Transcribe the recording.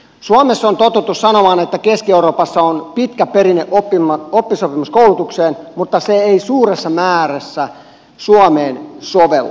suomessa on totuttu sanomaan että keski euroopassa on pitkä perinne oppisopimuskoulutuksella mutta se ei suuressa määrässä suomeen sovellu